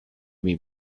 been